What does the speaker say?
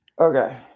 Okay